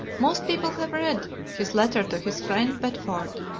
most people have read his letter to his friend bedford,